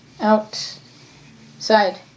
outside